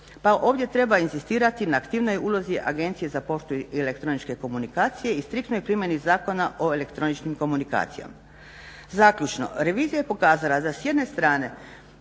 Pa ovdje treba inzistirati na aktivnijoj ulozi Agencije za poštu i elektroničke komunikacije i striktnoj primjeni Zakona o elektroničkim komunikacijama. Zaključno, revizija je pokazala da s jedne strane